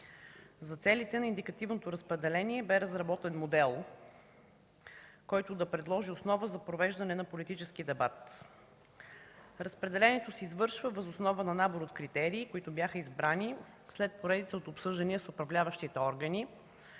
За целите на индикативното разпределение бе разработен модел, който да предложи основа за провеждане на политически дебат. Разпределението се извършва въз основа на набор от критерии, които бяха избрани след поредица от обсъждания с управляващите органи,